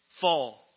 Fall